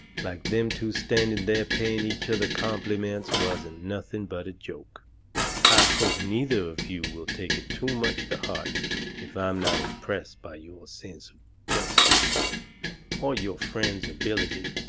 like them two standing there paying each other compliments wasn't nothing but a joke i hope neither of you will take it too much to heart if i'm not impressed by your sense of justice or your friend's ability.